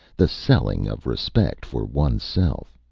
the selling of respect for one's self.